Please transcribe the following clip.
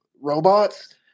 robots